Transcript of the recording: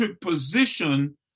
position